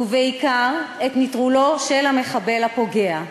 ובעיקר את נטרול המחבל הפוגע.